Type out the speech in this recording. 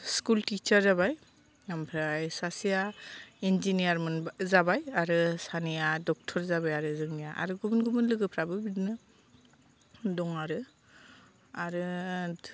school teacher जाबाय आमफ्राय सासेआ इनजिनियार जाबाय आरो सानैआ ड'क्टर जाबाय आरो जोंनिया आरो गुबुन गुबुन लोगोफ्राबो बिदिनो दं आरो आरो